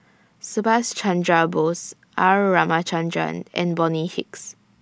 Subhas Chandra Bose R Ramachandran and Bonny Hicks